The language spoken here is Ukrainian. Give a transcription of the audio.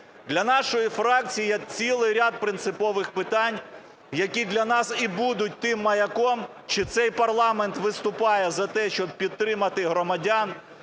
Для нашої фракції є цілий ряд принципових питань, які для нас і будуть тим маяком, чи цей парламент виступає за те, щоб підтримати громадян,